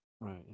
Right